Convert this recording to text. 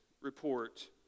report